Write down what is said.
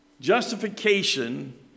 Justification